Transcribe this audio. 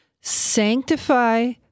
Sanctify